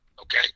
Okay